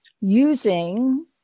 using